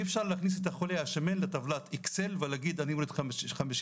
אי אפשר להכניס את החולה השמן לטבלת אקסל ולהגיד "אני אוריד 50%"